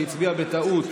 שהצביע בטעות,